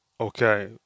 okay